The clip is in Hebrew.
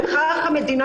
בכך המדינה,